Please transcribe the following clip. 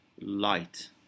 light